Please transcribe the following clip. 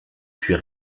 puis